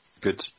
good